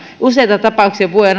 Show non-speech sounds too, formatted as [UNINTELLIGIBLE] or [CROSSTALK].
useita tapauksia vuoden [UNINTELLIGIBLE]